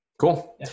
Cool